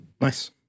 Nice